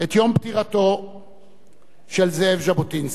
את יום פטירתו של זאב ז'בוטינסקי.